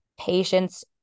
patients